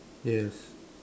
yes